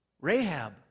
Rahab